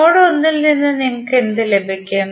node 1 ൽ നിന്ന് നിങ്ങൾക്ക് എന്ത് ലഭിക്കും